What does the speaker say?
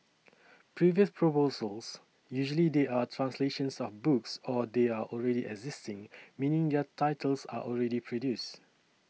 previous proposals usually they are translations of books or they are already existing meaning their titles are already produced